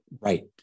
Right